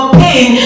pain